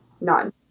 none